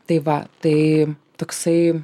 tai va tai toksai